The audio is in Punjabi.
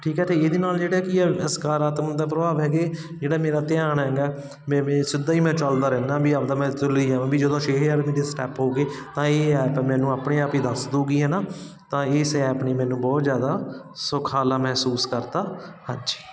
ਠੀਕ ਹੈ ਅਤੇ ਇਹਦੇ ਨਾਲ ਜਿਹੜਾ ਕੀ ਆ ਸਕਾਰਾਤਮਕ ਦਾ ਪ੍ਰਭਾਵ ਹੈਗੇ ਜਿਹੜਾ ਮੇਰਾ ਧਿਆਨ ਹੈਗਾ ਸਿੱਧਾ ਹੀ ਮੈਂ ਚੱਲਦਾ ਰਹਿੰਦਾ ਵੀ ਆਪਣਾ ਮੈਂ ਚੱਲੀ ਜਾਵਾਂ ਵੀ ਜਦੋਂ ਛੇ ਹਜ਼ਾਰ ਇਹਦੇ ਸਟੈਪ ਹੋ ਗਏ ਤਾਂ ਇਹ ਐਪ ਮੈਨੂੰ ਆਪਣੇ ਆਪ ਹੀ ਦੱਸ ਦੂਗੀ ਹੈ ਨਾ ਤਾਂ ਇਸ ਐਪ ਨੇ ਮੈਨੂੰ ਬਹੁਤ ਜ਼ਿਆਦਾ ਸੁਖਾਲਾ ਮਹਿਸੂਸ ਕਰਤਾ ਹਾਂਜੀ